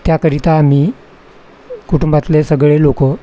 त्याकरिता आम्ही कुटुंबातले सगळे लोक